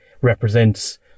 represents